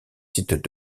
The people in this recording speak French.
sites